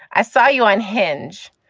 i saw you on unhinge.